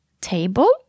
table